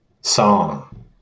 song